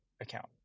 account